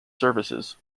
services